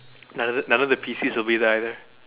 none of the none of the P_Cs will be there either